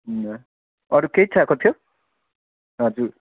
अरू केही चाहिएको थियो हजुर